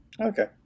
Okay